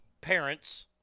Parents